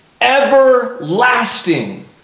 Everlasting